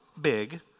big